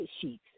sheets